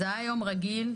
זה היה יום רגיל,